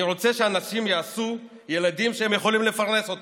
אני רוצה שאנשים יעשו ילדים שהם יכולים לפרנס אותם.